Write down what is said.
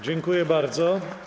Dziękuję bardzo.